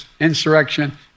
Insurrection